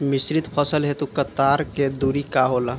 मिश्रित फसल हेतु कतार के दूरी का होला?